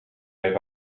mij